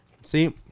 See